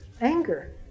anger